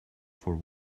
for